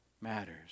matters